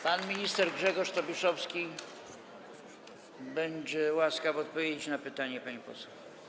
Pan minister Grzegorz Tobiszowski będzie łaskaw odpowiedzieć na pytanie pani poseł.